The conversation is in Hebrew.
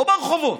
לא ברחובות,